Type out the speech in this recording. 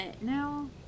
no